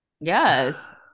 Yes